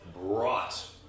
brought